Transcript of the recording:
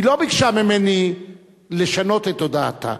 היא לא ביקשה ממני לשנות את הודעתה,